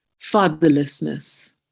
fatherlessness